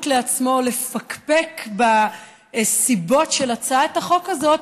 לעצמו לפקפק בסיבות של הצעת החוק הזאת,